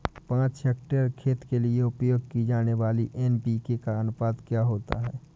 पाँच हेक्टेयर खेत के लिए उपयोग की जाने वाली एन.पी.के का अनुपात क्या होता है?